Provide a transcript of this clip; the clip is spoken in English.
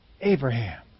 Abraham